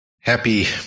Happy